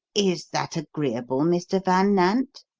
is that agreeable, mr. van nant?